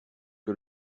que